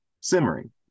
Simmering